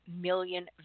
million